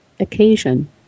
occasion